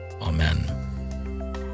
Amen